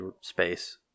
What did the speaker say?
space